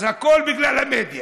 אז הכול בגלל המדיה,